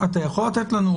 משה פדלון,